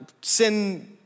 sin